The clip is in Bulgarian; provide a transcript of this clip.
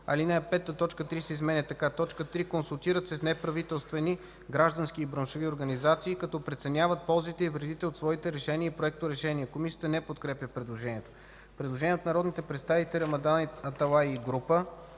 ал. 5 т. 3 се изменя така: „т. 3. консултират се с неправителствени (граждански и браншови) организации, като преценяват ползите и вредите от своите решения и проекторешения;”. Комисията не подкрепя предложението. Предложение от народния представител Рамадан Аталай и група